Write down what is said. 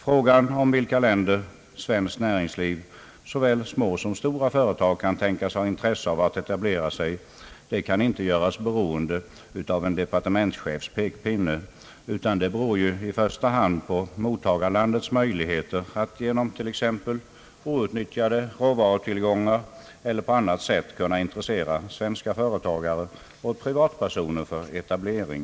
Frågan i vilka länder svenskt näringsliv, 'såväl. små som stora företag, kan tänkas ha intresse av att etablera sig kan inte göras .beroende av en departementschefs::'pekpinne, utan hänger i första hand samman med mottagarlandets möjligheter att genom till exempel outnyttjade råvarutillgångar eller på anmat sätt kunna intressera svenska företagare och privatpersoner för etablering.